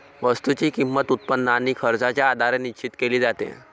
वस्तूची किंमत, उत्पन्न आणि खर्चाच्या आधारे निश्चित केली जाते